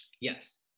Yes